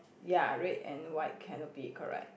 ya red and white canopy correct